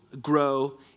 grow